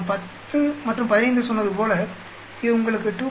நான் 10 மற்றும் 15 சொன்னது போல இது உங்களுக்கு 2